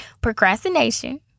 procrastination